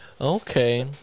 Okay